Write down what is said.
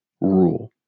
rule